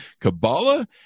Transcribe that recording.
Kabbalah